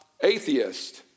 atheist